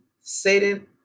Satan